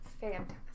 Fantastic